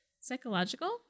psychological